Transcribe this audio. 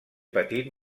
patit